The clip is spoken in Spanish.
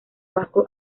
vasco